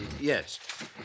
Yes